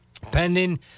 pending